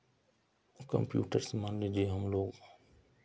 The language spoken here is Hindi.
कंप्यूटर से मान लीजिए हम लोग